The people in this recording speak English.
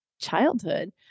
childhood